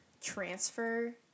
transfer